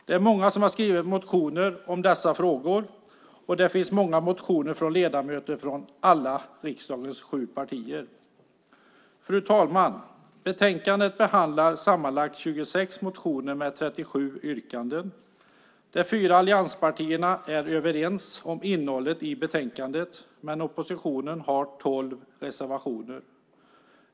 Det är många som har skrivit motioner om dessa frågor, och det finns många motioner från ledamöter från riksdagens alla sju partier. Fru talman! I betänkandet behandlas sammanlagt 26 motioner med 37 yrkanden. De fyra allianspartierna är överens om innehållet i betänkandet, men oppositionen har tolv reservationer.